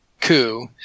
coup